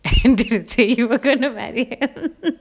could say you could look at it